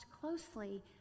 closely